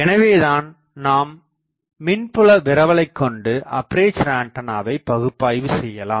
எனவேதான் நாம் மின்புல விரவலைகொண்டு அப்பேசர் ஆண்டனாவை பகுப்பாய்வு செய்யலாம்